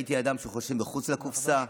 ראיתי אדם שחושב מחוץ לקופסה.